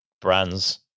brands